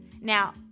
Now